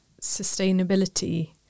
sustainability